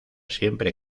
siempre